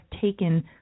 taken